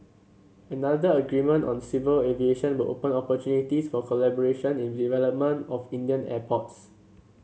another agreement on civil aviation will open opportunities for collaboration in development of Indian airports